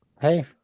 Hey